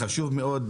חשוב מאוד,